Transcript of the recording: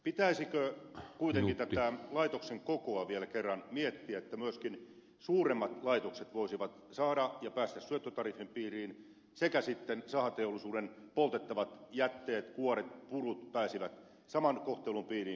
pitäisikö kuitenkin tätä laitoksen kokoa vielä kerran miettiä että myöskin suuremmat laitokset voisivat saada ja päästä syöttötariffin piiriin sekä sitten sitä että sahateollisuuden poltettavat jätteet kuoret purut pääsisivät saman kohtelun piiriin kuin muukin metsähake